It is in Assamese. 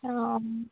অঁ